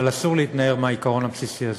אבל אסור להתנער מהעיקרון הבסיסי הזה.